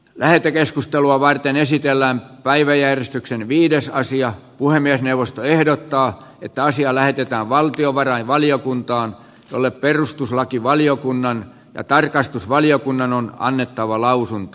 lähetekeskustelua varten esitellään päiväjärjestyksen viides sija puhemiesneuvosto ehdottaa että asia lähetetään valtiovarainvaliokuntaan jolle perustuslakivaliokunnan ja tarkastusvaliokunnan on annettava lausunto